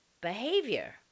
behavior